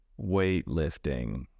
weightlifting